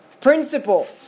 Principle